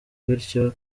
bityo